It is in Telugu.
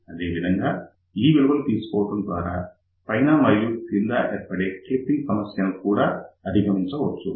అదేవిధంగా ఈ విలువలు తీసుకోవడం ద్వారా పైన మరియు కింద ఏర్పడే క్లిప్పింగ్ సమస్యను కూడా అధిగమించవచ్చు